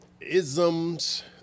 isms